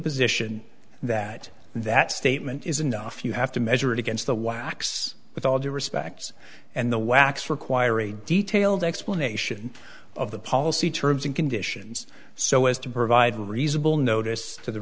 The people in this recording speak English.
position that that statement is enough you have to measure it against the wax with all due respect and the wax require a detailed explanation of the policy terms and conditions so as to provide reasonable notice to the